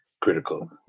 critical